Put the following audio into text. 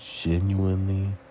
genuinely